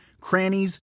crannies